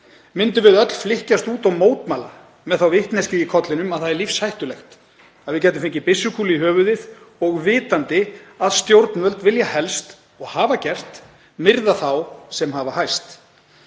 Myndum við öll flykkjast út og mótmæla með þá vitneskju í kollinum að það er lífshættulegt, að við gætum fengið byssukúlu í höfuðið og vitandi að stjórnvöld vilja helst, og hafa gert, myrða þá sem hafa hæst?